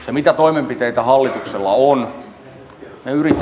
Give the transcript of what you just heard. se mitä toimenpiteitä hallituksella on